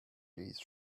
these